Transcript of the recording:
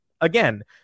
again